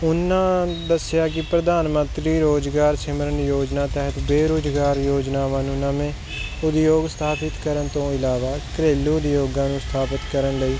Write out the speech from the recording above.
ਉਹਨਾਂ ਦੱਸਿਆ ਕਿ ਪ੍ਰਧਾਨ ਮੰਤਰੀ ਰੁਜ਼ਗਾਰ ਸਿਮਰਨ ਯੋਜਨਾ ਤਹਿਤ ਬੇਰੁਜ਼ਗਾਰ ਯੋਜਨਾਵਾਂ ਨੂੰ ਨਵੇਂ ਉਦਯੋਗ ਸਥਾਪਿਤ ਕਰਨ ਤੋਂ ਇਲਾਵਾ ਘਰੇਲੂ ਉਦਯੋਗਾਂ ਨੂੰ ਸਥਾਪਿਤ ਕਰਨ ਲਈ